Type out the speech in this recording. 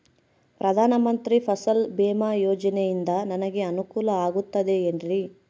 ಪ್ರಧಾನ ಮಂತ್ರಿ ಫಸಲ್ ಭೇಮಾ ಯೋಜನೆಯಿಂದ ನನಗೆ ಅನುಕೂಲ ಆಗುತ್ತದೆ ಎನ್ರಿ?